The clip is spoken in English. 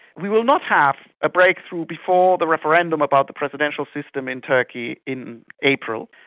we will not have a breakthrough before the referendum about the presidential system in turkey in april,